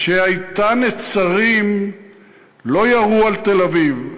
כשהייתה נצרים לא ירו על תל-אביב,